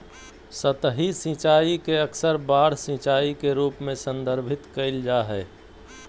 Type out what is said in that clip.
सतही सिंचाई के अक्सर बाढ़ सिंचाई के रूप में संदर्भित कइल जा हइ